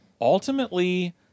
ultimately